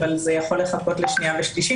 אבל זה יכול לחכות לקריאה שנייה ושלישית,